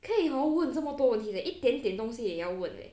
可以 hor 问这么多问题的一点点东西也要问 leh